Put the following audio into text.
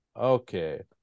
okay